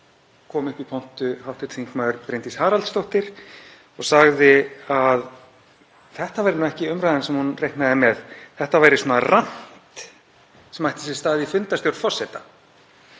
kom upp í pontu hv. þm. Bryndís Haraldsdóttir og sagði að þetta væri ekki umræðan sem hún reiknaði með, þetta væri svona „rant“ sem ætti sér stað í fundarstjórn forseta.